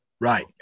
Right